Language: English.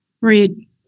Read